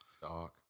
Dark